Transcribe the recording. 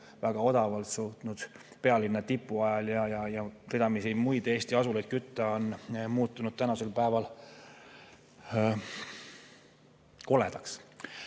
väga odavalt suutnud pealinna tipu ajal ja ridamisi muid Eesti asulaid kütta, on muutunud tänasel päeval koledaks.